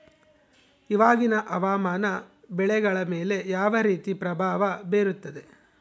ಇವಾಗಿನ ಹವಾಮಾನ ಬೆಳೆಗಳ ಮೇಲೆ ಯಾವ ರೇತಿ ಪ್ರಭಾವ ಬೇರುತ್ತದೆ?